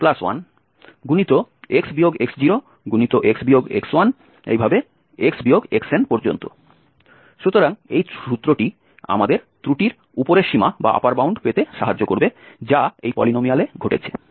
সুতরাং এই সূত্রটি আমাদের ত্রুটির উপরের সীমা পেতে সাহায্য করবে যা এই পলিনোমিয়ালে ঘটেছে